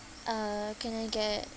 uh can I get